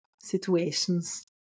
situations